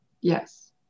yes